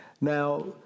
Now